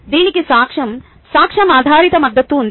దీనికి సాక్ష్యం సాక్ష్యం ఆధారిత మద్దతు ఉంది